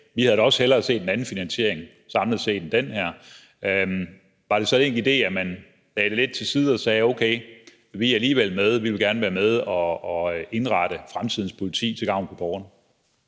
vi havde da også hellere set en anden finansiering end den her samlet set – var det så ikke en idé, at man lagde det lidt til side og sagde: Okay, vi er alligevel med, for vi vil gerne være med til at indrette fremtidens politi til gavn for borgerne?